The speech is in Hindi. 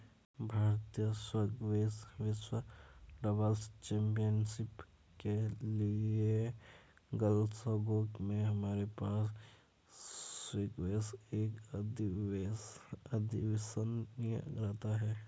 भारतीय स्क्वैश विश्व डबल्स चैंपियनशिप के लिएग्लासगो में हमारे पास स्क्वैश एक अविश्वसनीय रहा है